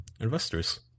investors